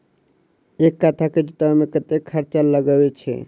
एक कट्ठा केँ जोतय मे कतेक खर्चा लागै छै?